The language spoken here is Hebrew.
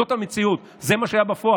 זו המציאות, זה מה שהיה בפועל.